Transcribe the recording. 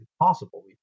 possible